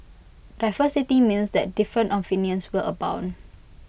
diversity means that different opinions will abound